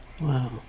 Wow